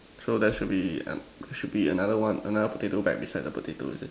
so there should be an~ should be another one other potato bag beside the potato is it